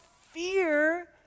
fear